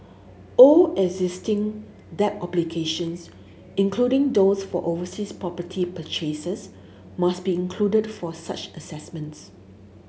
all existing debt obligations including those for overseas property purchases must be included for such assessments